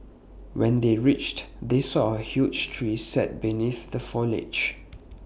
when they reached they saw A huge tree and sat beneath the foliage